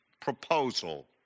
proposal